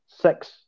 six